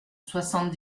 soixante